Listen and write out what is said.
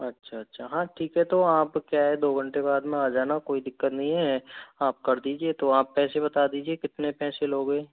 अच्छा अच्छा हाँ ठीक है तो आप क्या है दो घंटे बाद में आ जाना कोई दिक्कत नहीं है आप कर दीजिए तो आप पैसे बता दीजिए कितने पैसे लोगे